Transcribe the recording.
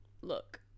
Look